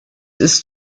ist